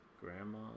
grandma